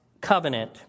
Covenant